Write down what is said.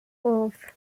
playoffs